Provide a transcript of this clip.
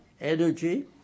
energy